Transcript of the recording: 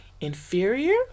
inferior